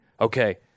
okay